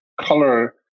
Color